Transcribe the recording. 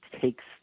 takes